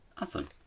Awesome